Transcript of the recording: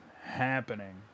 happening